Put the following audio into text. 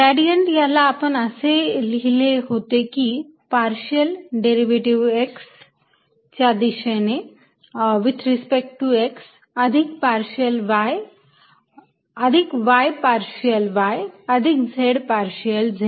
gradient याला आपण असे लिहिले होते की पार्शियल डेरिव्हेटिव्ह x च्या दिशेने विथ रिस्पेक्ट टू x अधिक y पार्शियल y अधिक z पार्शियल z